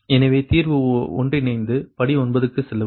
எனவே தீர்வு ஒன்றிணைந்து படி 9 க்குச் செல்லவும்